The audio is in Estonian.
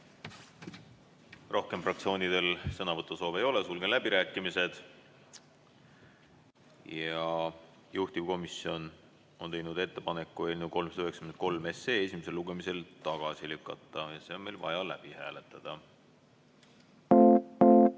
Rohkem fraktsioonidel sõnavõtusoove ei ole, sulgen läbirääkimised. Juhtivkomisjon on teinud ettepaneku eelnõu 393 esimesel lugemisel tagasi lükata ja see on meil vaja läbi hääletada.